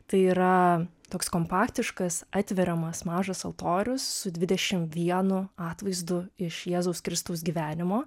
tai yra toks kompaktiškas atveriamas mažas altorius su dvidešimt vienu atvaizdu iš jėzaus kristaus gyvenimo